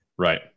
Right